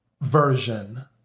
version